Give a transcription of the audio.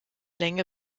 länge